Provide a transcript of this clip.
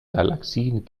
galaxien